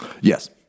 Yes